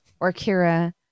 Orkira